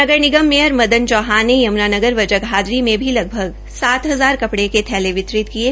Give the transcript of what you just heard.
नगर निगम मेयर मदन चौहान ने यमुनानगर व जगाधरी में भी लगभग सात हजार कपड़े के थैले वितरित किये